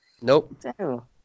Nope